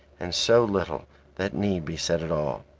and so little that need be said at all.